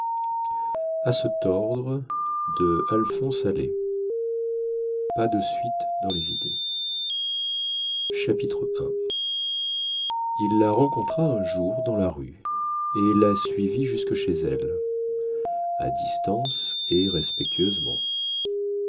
pas de suite dans les idees i il la rencontra un jour dans la rue et la suivit jusque chez elle à distance et respectueusement